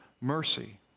mercy